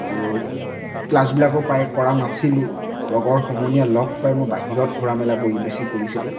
আৰু ক্লাছবিলাকো প্ৰায়ে কৰা নাছিলোঁ লগৰ সমনীয়া লগ পাই মই বাহিৰত ঘূৰা মেলা কৰি বেছি কৰিছিলোঁ